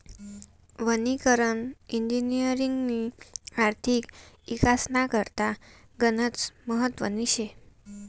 वनीकरण इजिनिअरिंगनी आर्थिक इकासना करता गनच महत्वनी शे